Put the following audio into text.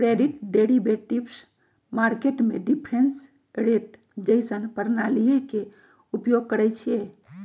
credit derivatives market में difference rate जइसन्न प्रणालीइये के उपयोग करइछिए